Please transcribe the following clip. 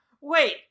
wait